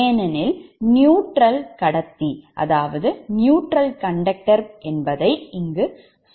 ஏனெனில் நியூட்ரல் கடத்தி என்பதை இங்கு சுட்டிக் காட்டப்பட்டுள்ளது